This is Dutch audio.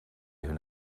hun